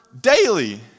daily